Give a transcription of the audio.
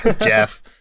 Jeff